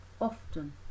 often